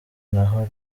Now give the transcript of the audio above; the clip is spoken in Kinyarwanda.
ntaho